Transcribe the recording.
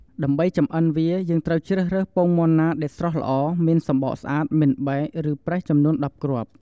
ដើម្បីចម្អិនវាបានយើងត្រូវជ្រើសរើសពងមាន់ណាដែលស្រស់ល្អ មានសំបកស្អាត មិនបែក ឬប្រេះចំនួន១០គ្រាប់។